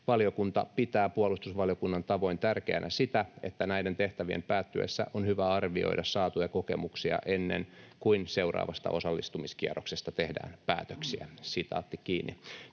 "Valiokunta pitää puolustusvaliokunnan tavoin tärkeänä sitä, että näiden tehtävien päättyessä on hyvä arvioida saatuja kokemuksia ennen kuin seuraavasta osallistumiskierroksesta tehdään päätöksiä." Nämä